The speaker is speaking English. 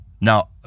Now